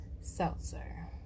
seltzer